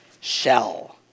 shell